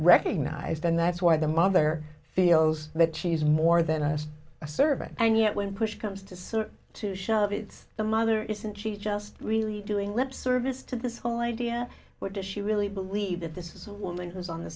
recognized and that's why the mother feels that she's more than as a servant and yet when push comes to sort to shove it's the mother isn't she just really doing lip service to this whole idea what does she really believe that this woman has on the